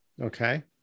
Okay